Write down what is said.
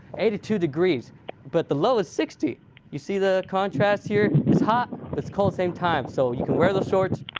eighty-two degrees but the low is sixty you see the contrast here it's hot it's cold the same time, so you can wear those shorts,